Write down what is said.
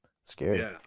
Scary